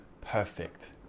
perfect